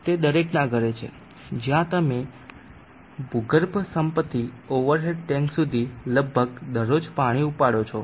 તે દરેકના ઘરે છે જ્યાં તમે ભૂગર્ભ સમ્પથી ઓવર હેડ ટેન્ક સુધી લગભગ દરરોજ પાણી ઉપાડો છો